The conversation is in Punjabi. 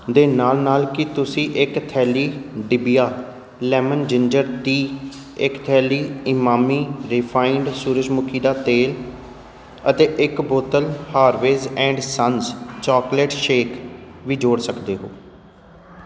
ਦੇ ਨਾਲ ਨਾਲ ਕੀ ਤੁਸੀਂ ਇੱਕ ਥੈਲੀ ਡਿਬਿਹਾ ਲੈਮਨ ਜਿੰਜਰ ਟੀ ਇੱਕ ਥੈਲੀ ਇਮਾਮੀ ਰਿਫਾਇੰਡ ਸੂਰਜਮੁਖੀ ਦਾ ਤੇਲ ਅਤੇ ਇੱਕ ਬੋਤਲ Harvey's and sons chocolate shake ਵੀ ਜੋੜ ਸਕਦੇ ਹੋ